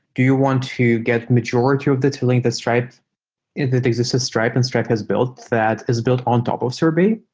do you want to get majority of the tooling that stripe in existence stripe and stripe has built that is built on top of sorbet,